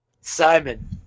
Simon